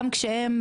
גם כשהם